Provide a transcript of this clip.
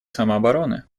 самообороны